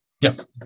Yes